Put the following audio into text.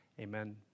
Amen